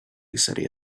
city